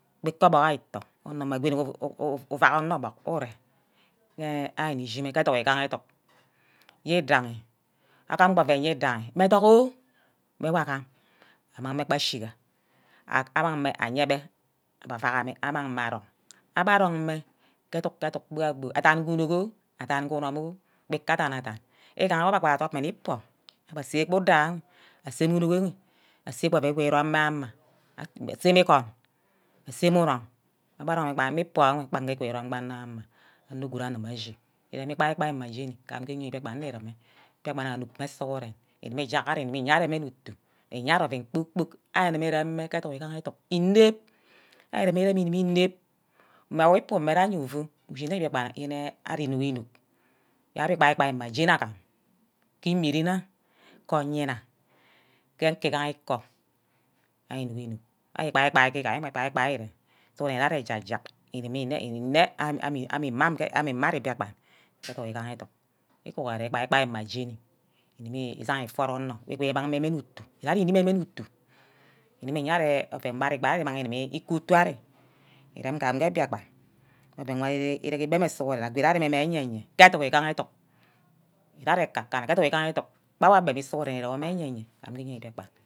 Wor ite obunk ayo ito onor mma gwoni wu ufak onor obunk ere, ke ari nishime ke edug igaha edunk ye edaghe, agm gba oven yedaghe, mme edunk oh mme wor agam amang mme gba ashiga amang mme ayebe abbe avacg rame amang mme arong abbe arong mme ke edug-edug gba-boo, adan ke unok oh, adan ke unum oh gba ke adan adan igaha ava adug mme ikpor ebbe ase mme udoh, aseme unok ase gba oven udumu urome beh ka ama, asame igun, aseme unum, abbe arong gba nne ikpor gba ama onor good agumor ashi erem igbai-bai mme jeni ke ime mbiakpan urume, mbiakpan anug mme sughuren igubor, igubo ijack ari ugubu iye ari otu, iyari oven kpor kpork arigume ireme mmeh ke educk egaha educk enep, arigume irem inep, mme orwupa ume gaje ufu mbiakpan yene ari inug-inug, ari gbai-gbai mme jeni agam ke imeren ah, ke oyinna ke koi-egaha koi ari inug inug ari igbai-gbai ke gaha igbai-gbai sughuren ure ari erek-jerk biakpan edug igaha edug iguhore igbai-gbai mma jeni ijagha uforo onor, igimi imang mme mme itu, ngari reme mme itu, ugubu iye ari oven wor ari dume imang iku utu enwe, irem gamin ke mbiakpan, mme oven wor ari egbem enh sughurem ago ire iye ari ge yeyen, ke edug egha edug ire ari ke ekakanna, ke edug egaha edug gbe owor abemi sughure ire wor ke eye-yen uguba uge mbiakpan.